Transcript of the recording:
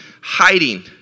hiding